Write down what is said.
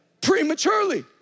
prematurely